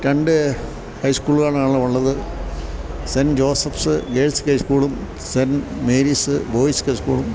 രണ്ട് ഹൈസ്കൂളുകളാണുള്ളത് saint Joseph's girls ഹൈസ്കൂളും സെന്റ് മേരീസ് ബോയിസ് ഹൈസ്കൂളും